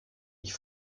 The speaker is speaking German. ich